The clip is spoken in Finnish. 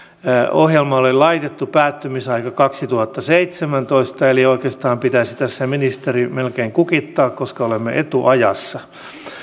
ohjelmalle on laitettu päättymisaika kaksituhattaseitsemäntoista eli oikeastaan pitäisi tässä ministeri melkein kukittaa koska olemme etuajassa